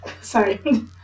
sorry